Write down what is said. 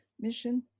Mission